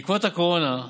בעקבות הקורונה,